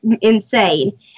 insane